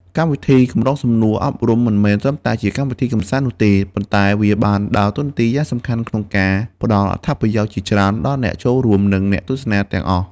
កម្មវិធីកម្រងសំណួរអប់រំមិនមែនត្រឹមតែជាកម្មវិធីកម្សាន្តនោះទេ ប៉ុន្តែវាបានដើរតួនាទីយ៉ាងសំខាន់ក្នុងការផ្ដល់អត្ថប្រយោជន៍ជាច្រើនដល់អ្នកចូលរួម និងអ្នកទស្សនាទាំងអស់។